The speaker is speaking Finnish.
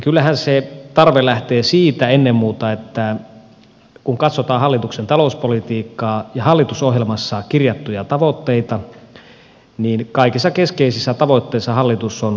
kyllähän se tarve lähtee siitä ennen muuta että kun katsotaan hallituksen talouspolitiikkaa ja hallitusohjelmassa kirjattuja tavoitteita niin kaikissa keskeisissä tavoitteissa hallitus on epäonnistunut